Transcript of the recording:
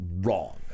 wrong